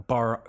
Bar